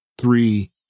three